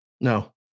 No